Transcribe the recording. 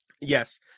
yes